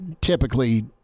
typically